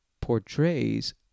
portrays